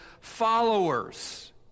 followers